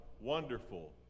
wonderful